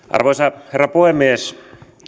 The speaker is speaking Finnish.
arvoisa herra puhemies